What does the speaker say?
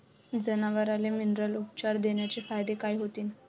जनावराले मिनरल उपचार देण्याचे फायदे काय होतीन?